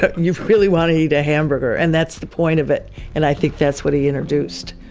and you really want to eat a hamburger and that's the point of it and i think that's what he introduced.